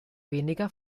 weniger